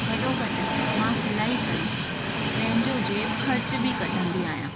गॾोगॾु मां सिलाई करे पंहिंजो जेब ख़र्च बि कढंदी आहियां